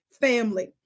Family